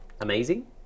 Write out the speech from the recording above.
amazing